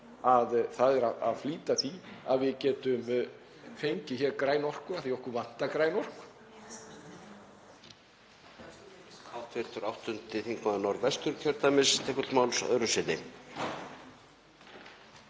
sem er að flýta því að við getum fengið græna orku af því að okkur vantar græna orku.